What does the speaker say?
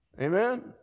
amen